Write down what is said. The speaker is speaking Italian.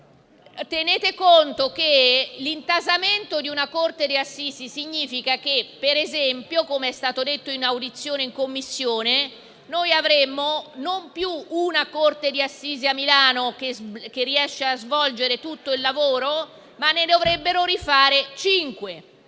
Tenete conto che l'intasamento di una corte d'assise significa che, per esempio, come è stato detto in audizione in Commissione, non avremmo più una corte d'assise come quella di Milano che oggi riesce a svolgere tutto il lavoro, perché a ne servirebbero cinque.